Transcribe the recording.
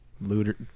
Looter